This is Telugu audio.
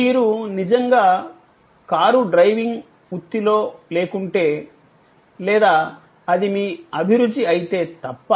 మీరు నిజంగా కారు డ్రైవింగ్ వృత్తిలో లేకుంటే లేదా అది మీ అభిరుచి అయితే తప్ప